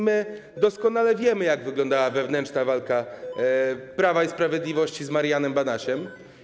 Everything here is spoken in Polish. My doskonale wiemy, jak wyglądała wewnętrzna walka Prawa i Sprawiedliwości z Marianem Banasiem.